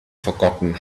forgotten